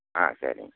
ஆ சரிங்க